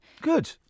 Good